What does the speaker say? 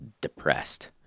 depressed